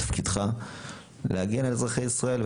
תפקידך להגן על אזרחי ישראל.